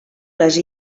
les